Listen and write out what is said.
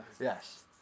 Yes